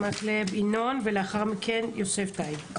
יוסי טייב,